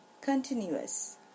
continuous